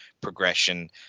progression